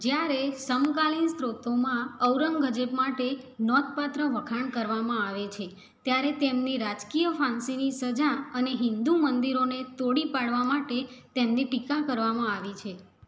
જ્યારે સમકાલીન સ્રોતોમાં ઔરંગઝેબ માટે નોંધપાત્ર વખાણ કરવામાં આવે છે ત્યારે તેમની રાજકીય ફાંસીની સજા અને હિંદુ મંદિરોને તોડી પાડવા માટે તેમની ટીકા કરવામાં આવી છે